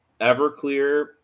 Everclear